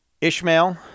Ishmael